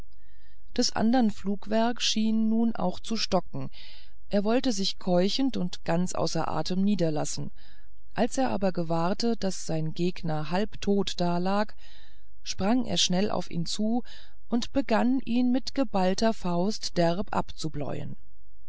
des andern flugwerk schien nun auch zu stocken er wollte sich keuchend und ganz außer atem niederlassen als er aber gewahrte daß sein gegner halb tot dalag sprang er schnell auf ihn zu und begann ihn mit geballter faust derb abzubläuen